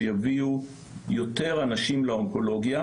שיביאו יותר אנשים לאונקולוגיה,